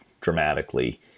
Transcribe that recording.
dramatically